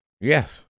Yes